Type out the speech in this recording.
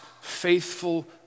faithful